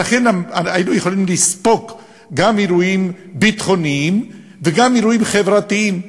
ולכן היינו יכולים לספוג גם אירועים ביטחוניים וגם אירועים חברתיים.